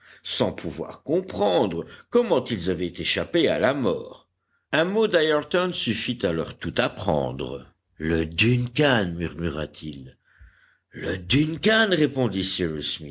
sans pouvoir comprendre comment ils avaient échappé à la mort un mot d'ayrton suffit à leur tout apprendre le duncan murmura-t-il le duncan répondit